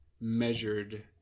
measured